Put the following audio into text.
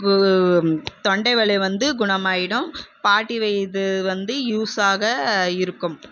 தொண்டைவலி வந்து குணமாகிடும் பாட்டி வைத்தியம் வந்து யூஸ் ஆக இருக்கும்